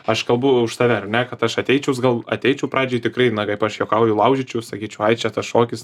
aš kalbu už save ar ne kad aš ateičiaus gal ateičiau pradžiai tikrai na kaip aš juokauju laužyčiau sakyčiau ai čia tas šokis